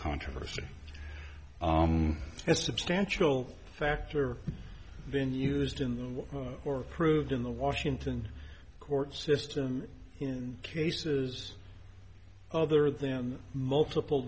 controversy has substantial factor been used in the or proved in the washington court system in cases other than the multiple